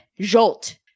Jolt